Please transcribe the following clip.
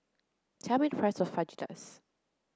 tell me the price of Fajitas